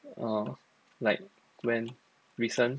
orh like when recent